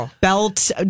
belt